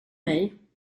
mig